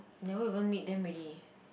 never even meet them already